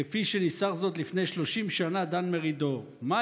כפי שניסח זאת לפני 30 שנה דן מרידור: מה